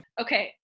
okay